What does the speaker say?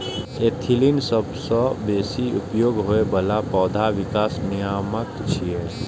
ethylene सबसं बेसी उपयोग होइ बला पौधा विकास नियामक छियै